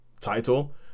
title